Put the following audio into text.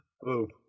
Boom